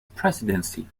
presidency